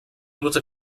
mutter